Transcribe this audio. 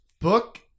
book